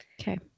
Okay